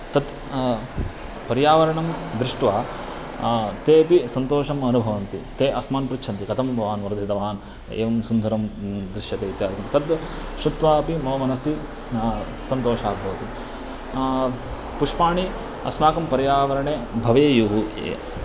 तत् पर्यावरणं दृष्ट्वा तेऽपि सन्तोषम् अनुभवन्ति ते अस्मान् पृच्छन्ति कतं भवान् वर्धितवान् एवं सुन्दरं दृश्यते इत्यादिकं तत् श्रुत्वा अपि मम मनसि सन्तोषः भवति पुष्पाणि अस्माकं पर्यावरणे भवेयुः ये